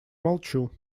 молчу